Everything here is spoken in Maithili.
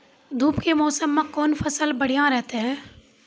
धूप के मौसम मे कौन फसल बढ़िया रहतै हैं?